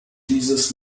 dieses